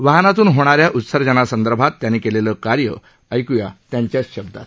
वाहनांतून होणाऱ्या उत्सर्जनासंदर्भात त्यांनी केलेले कार्य ऐकूया त्यांच्याच शब्दात